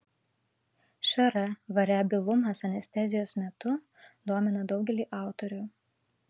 šr variabilumas anestezijos metu domino daugelį autorių